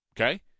Okay